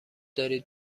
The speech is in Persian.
دارید